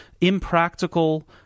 impractical